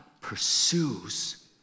pursues